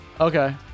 Okay